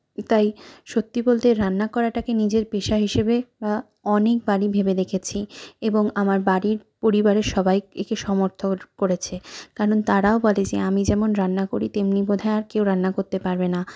তাই সত্যি বলতে রান্না করাটাকে নিজের পেশা হিসেবে অনেকবারই ভেবে দেখেছি এবং আমার বাড়ির পরিবারের সবাই একে সমর্থন করেছে কারণ তারাও বলে যে আমি যেমন রান্না করি তেমনি বোধহয় আর কেউ রান্না করতে পারবে না